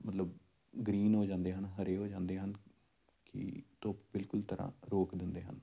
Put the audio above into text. ਮਤਲਬ ਗਰੀਨ ਹੋ ਜਾਂਦੇ ਹਨ ਹਰੇ ਹੋ ਜਾਂਦੇ ਹਨ ਕਿ ਧੁੱਪ ਬਿਲਕੁਲ ਤਰ੍ਹਾਂ ਰੋਕ ਦਿੰਦੇ ਹਨ